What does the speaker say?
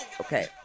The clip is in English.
Okay